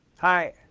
Hi